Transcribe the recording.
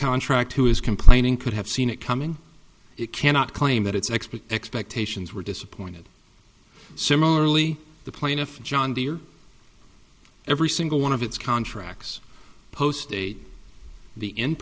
contract who is complaining could have seen it coming it cannot claim that its expert expectations were disappointed similarly the plaintiff john deere every single one of its contracts posted the in